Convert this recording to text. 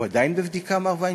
הוא עדיין בבדיקה, מר וינשטיין?